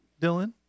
Dylan